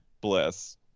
bliss